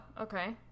okay